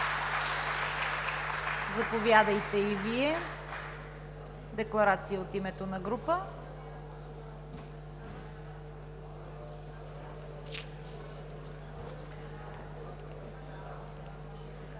заповядайте за декларация от името на група.